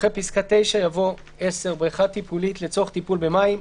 אחרי פסקה (9) יבוא: "(10) בריכה טיפולית לצורך טיפול במים,